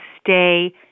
stay